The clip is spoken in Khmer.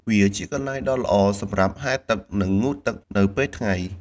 វាជាកន្លែងដ៏ល្អសម្រាប់ហែលទឹក និងងូតនៅពេលថ្ងៃ។